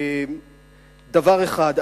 דבר אחד,